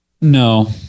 No